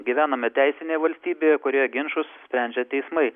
gyvename teisinėje valstybėje kurioje ginčus sprendžia teismai